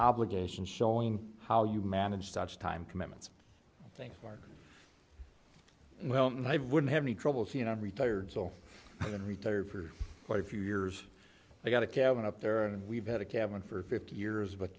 obligations showing how you manage such time commitments thanks mark well i wouldn't have any trouble see and i'm retired so i've been retired for quite a few years i got a cabin up there and we've had a cabin for fifty years but